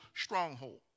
stronghold